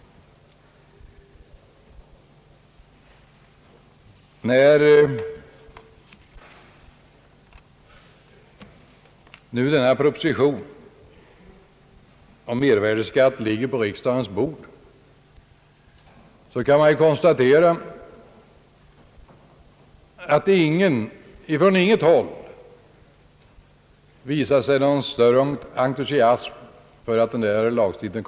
När nu denna proposition om mervärdeskatt ligger på riksdagens bord, kan man konstatera att det inte från något håll visas någon större entusiasm för denna lagstiftning.